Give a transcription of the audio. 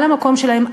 על המקום שלהם,